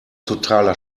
totaler